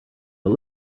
but